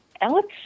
Alex